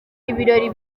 ibirori